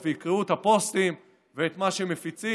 ויקראו את הפוסטים ואת מה שהם מפיצים.